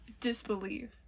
disbelief